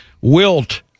Wilt